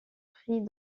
pris